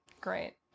Great